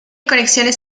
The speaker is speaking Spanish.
conexiones